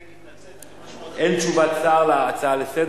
מתנגדים, אין נמנעים.